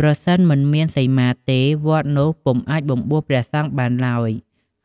ប្រសិនមិនមានសីមាទេ វត្តនោះពុំអាចបំបួសព្រះសង្ឃបានឡើយ